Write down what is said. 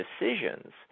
decisions